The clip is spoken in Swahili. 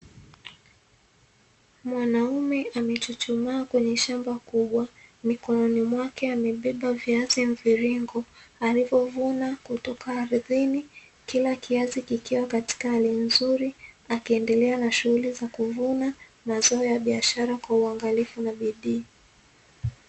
Mwanaume amechuchumaa kwenye shamba kubwa, mikononi mwake amebeba viazi mviringo alivovuna kutoka ardhini kila kiazi kikiwa katika hali nzuri, akiendelea na shughuli za kuvuna mazao ya biashara kwa uangalifu na bidii.